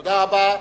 תודה רבה.